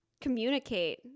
communicate